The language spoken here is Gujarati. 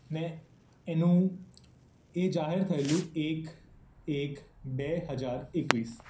ને એનું એ જાહેર થયેલું એક એક બે હજાર એકવીસ